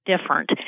different